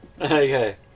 Okay